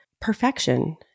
perfection